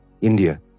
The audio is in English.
India